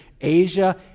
Asia